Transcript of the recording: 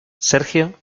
sergio